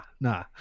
Nah